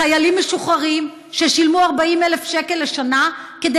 בחיילים משוחררים ששילמו 40,000 שקלים לשנה כדי